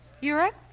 Europe